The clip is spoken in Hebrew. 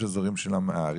יש אזורים של אמהרית.